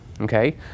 okay